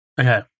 Okay